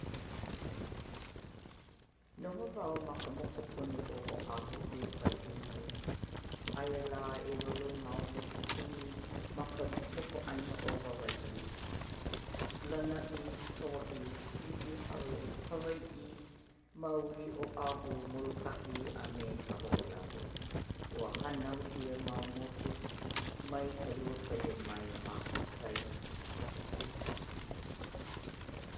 Noho wau ma ka mokupuni o O'ahu i Hawai'i nei. Aia la 'ewalu mau mokupuni ma ka moku'āina o Hawai'i-Lana'i, Kaua'i, Ni'ihau, Hawai'i, Maui, O'ahu, Moloka'i, a me Kaho'olawe. Ua hānau 'ia mau moku mai ka lua pele mai ma ka papakū.